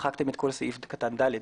מחקתם את כל סעיף קטן (ד9,